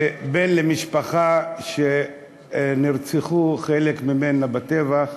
בן למשפחה שנרצחו חלק ממנה בטבח,